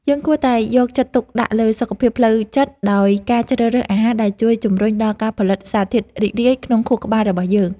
យើងគួរតែយកចិត្តទុកដាក់លើសុខភាពផ្លូវចិត្តដោយការជ្រើសរើសអាហារដែលជួយជម្រុញដល់ការផលិតសារធាតុរីករាយ ក្នុងខួរក្បាលរបស់យើង។